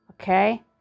Okay